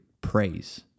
praise